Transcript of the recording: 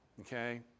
Okay